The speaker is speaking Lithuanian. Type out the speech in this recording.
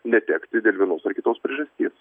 netekti vienos ar kitos priežastys